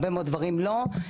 בהרבה מאוד מהדברים לא,